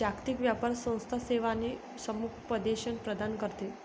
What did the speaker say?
जागतिक व्यापार संस्था सेवा आणि समुपदेशन प्रदान करते